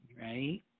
Right